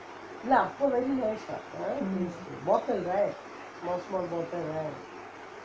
mm